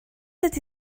ydy